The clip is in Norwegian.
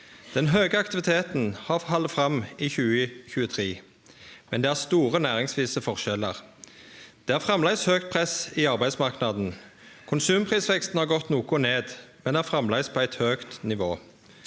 Den høge aktiviteten har halde fram i 2023, men det er store næringsvise forskjellar. Det er framleis høgt press i arbeidsmarknaden. Konsumprisveksten har gått noko ned, men er framleis på eit høgt nivå.